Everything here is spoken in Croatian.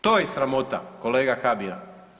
To je sramota kolega Habijan.